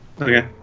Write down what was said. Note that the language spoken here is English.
okay